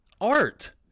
Art